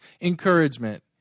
encouragement